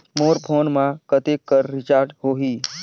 मोर phone मा कतेक कर रिचार्ज हो ही?